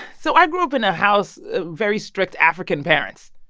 so i grew up in a house very strict african parents,